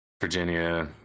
Virginia